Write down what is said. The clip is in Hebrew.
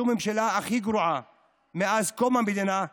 זו הממשלה הכי גרועה לעדה הדרוזית מאז קום המדינה.